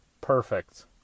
perfect